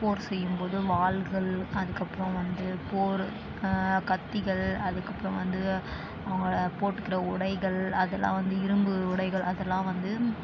போர் செய்யும் போது வாள்கள் அதுக்கப்புறம் வந்து போர் கத்திகள் அதுக்கு அப்புறம் வந்து அவர்களோட போட்டுக்கிற உடைகள் அதெல்லாம் வந்து இரும்பு உடைகள் அதெல்லாம் வந்து